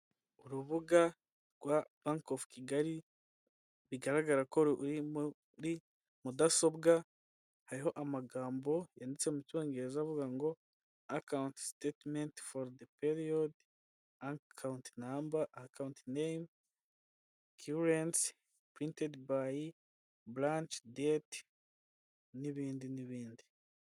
Urubuga rwa bank of kigali bigaragara ko ruri muri mudasobwa, hariho aho amagambo yanditse mu cyongereza avuga ngo acout statement for the period an count number a coutinnem kirence printed by blc dite n'ibindi n'ibindi.